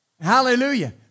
Hallelujah